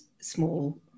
small